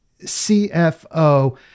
CFO